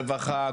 רווחה,